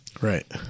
Right